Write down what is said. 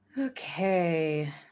Okay